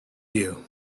you